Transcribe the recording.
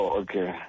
okay